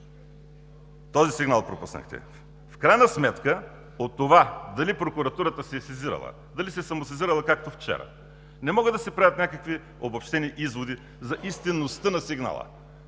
Този сигнал пропуснахте. В крайна сметка, от това дали Прокуратурата се е сезирала, дали се е самосезирала, както вчера, не могат да се правят някакви обобщени изводи за истинността на сигнала.